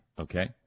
okay